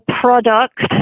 product